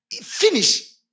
Finish